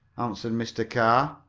answered mr. carr.